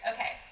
Okay